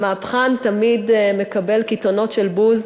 המהפכן תמיד מקבל קיתונות של בוז.